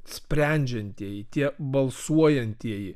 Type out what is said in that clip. sprendžiantieji tie balsuojantieji